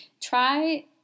try